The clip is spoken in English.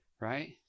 right